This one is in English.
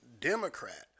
Democrat